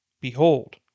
behold